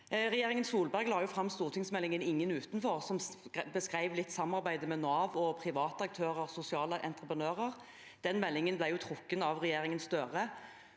Regjeringen Solberg la fram stortingsmeldingen Ingen utenfor, som beskrev samarbeidet med Nav, private aktører og sosiale entreprenører litt. Den meldingen ble trukket av regjeringen Støre,